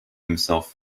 himself